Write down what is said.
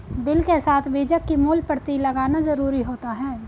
bill के साथ बीजक की मूल प्रति लगाना जरुरी होता है